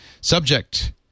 Subject